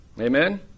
Amen